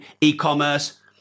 e-commerce